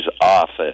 office